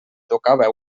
tocava